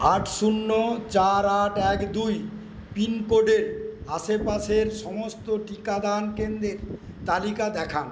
আট শূন্য চার আট এক দুই পিনকোডের আশেপাশের সমস্ত টিকাদান কেন্দ্রের তালিকা দেখান